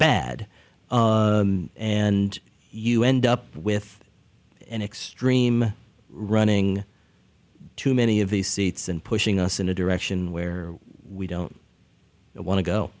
bad and you end up with an extreme running to many of these seats and pushing us in a direction where we don't want to go